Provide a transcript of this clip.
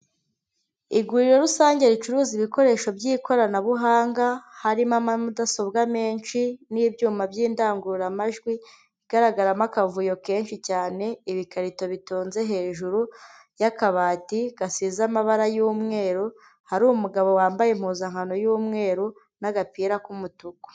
Iguriro rusange ricuruza ibikoresho by'ikoranabuhanga, harimo amamudasobwa menshi n'ibyuma by'indangururamajwi, igaragaramo akavuyo kenshi cyane, ibikarito bitonze hejuru y'akabati gasize amabara y'umweru, hari umugabo wambaye impuzankano y'umweru n'agapira k'umutuku.